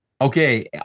Okay